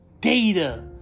data